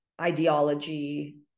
ideology